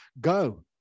go